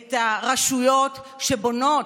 את הרשויות שבונות,